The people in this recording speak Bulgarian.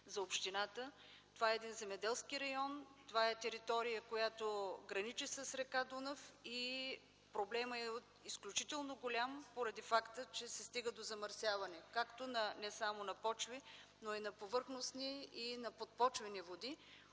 за общината. Това е един земеделски район, това е територия, която граничи с р. Дунав и проблемът е изключително голям поради факта, че се стига до замърсяване не само на почви, но и на повърхностни и на подпочвени води.